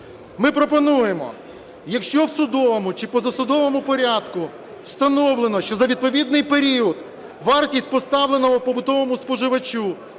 Ми пропонуємо, якщо у судовому чи позасудовому порядку встановлено, що за відповідний період вартість поставленого побутовому споживачу